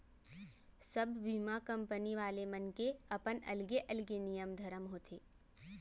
सब बीमा कंपनी वाले मन के अपन अलगे अलगे नियम धरम होथे